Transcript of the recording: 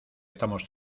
estamos